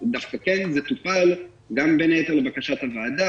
אז דווקא כן זה טופל, גם, בין היתר, לבקשת הוועדה.